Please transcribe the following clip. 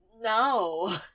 no